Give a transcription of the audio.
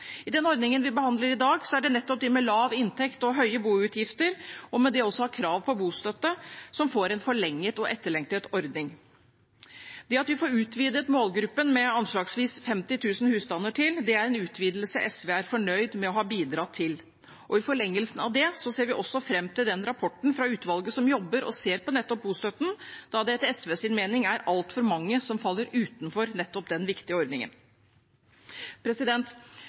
I den ordningen vi behandler i dag, er det nettopp de med lav inntekt og høye boutgifter, og som med det også har krav på bostøtte, som får en forlenget og etterlengtet ordning. Det at vi får utvidet målgruppen med anslagsvis 50 000 husstander til, er en utvidelse SV er fornøyd med å ha bidratt til. I forlengelsen av det ser vi fram til rapporten fra utvalget som jobber med å se på nettopp bostøtten, da det etter SVs mening er altfor mange som faller utenfor nettopp den viktige ordningen.